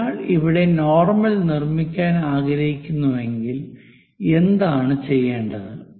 ഒരാൾ ഇവിടെ നോർമൽ നിർമ്മിക്കാൻ ആഗ്രഹിക്കുന്നുവെങ്കിൽ എന്താണ് ചെയ്യേണ്ടത്